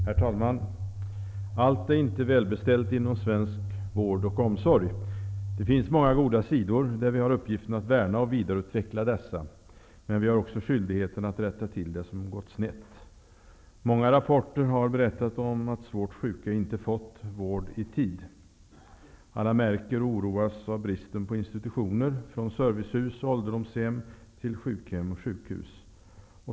Herr talman! Allt är inte välbeställt inom svensk vård och omsorg. Det finns många goda sidor, och vi har uppgiften att värna och vidareutveckla dessa. Men vi har också skyldighet att rätta till det som har gått snett. Många rapporter har berättat om att svårt sjuka inte har fått vård i tid. Alla märker och oroas av bristen på institutioner -- från servicehus och ålderdomshem till sjukhem och sjukhus.